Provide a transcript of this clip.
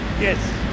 Yes